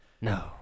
No